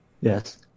Yes